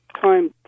time